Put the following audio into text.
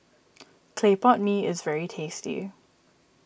Clay Pot Mee is very tasty